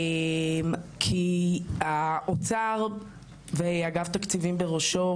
כי האוצר ואגף תקציבים בראשו,